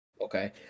Okay